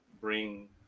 bring